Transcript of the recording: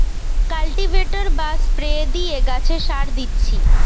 cultivator বা spray দিয়ে গাছে সার দিচ্ছি